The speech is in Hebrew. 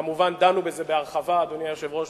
כמובן, דנו בזה בהרחבה, אדוני היושב-ראש,